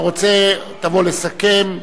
אתה רוצה, תבוא לסכם.